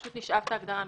פשוט נשאב את ההגדרה משם.